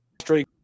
straight